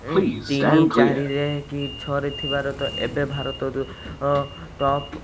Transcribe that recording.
ତିନ ଚାରିରେ କି ଛଅରେ ଥିବାର ତ ଏବେ ଭାରତ ଯୋ ଟପ୍